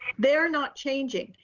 they're not changing.